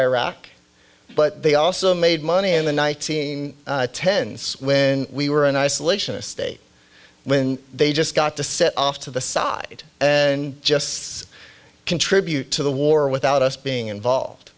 iraq but they also made money in the nineteen tens when we were an isolationist state when they just got to set off to the side and just say contribute to the war without us being involved